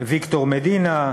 ויקטור מדינה,